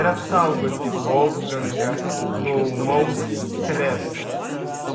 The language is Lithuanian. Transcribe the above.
ir apsaugoti volfgangą nuo ūmaus streso